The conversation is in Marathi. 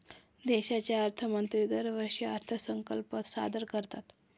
देशाचे अर्थमंत्री दरवर्षी अर्थसंकल्प सादर करतात